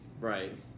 right